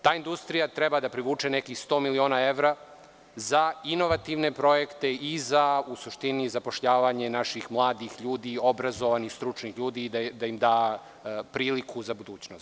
Ta industrija treba da privuče nekih 100 miliona evra za inovativne projekte i za zapošljavanje naših mladih ljudi, obrazovanih stručnih ljudi i da im da priliku za budućnost.